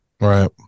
Right